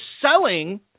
selling